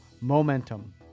momentum